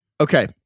Okay